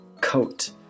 coat